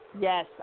yes